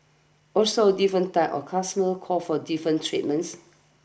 also different types our customers call for different treatments